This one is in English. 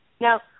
Now